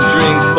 Drink